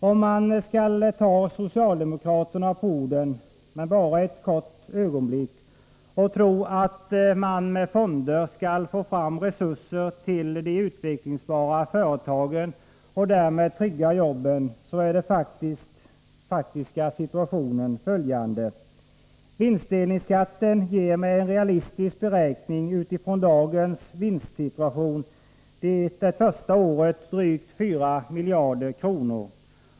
Om man skall ta socialdemokraterna på orden — men bara ett kort ögonblick — och tro att man med fonder skall få fram resurser till de utvecklingsbara företagen och därmed trygga jobben är den faktiska situationen följande. Vinstdelningsskatten ger med en realistisk beräkning utifrån dagens vinstsituation det första året drygt fyra miljarder kronor.